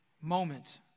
moment